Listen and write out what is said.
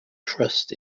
trust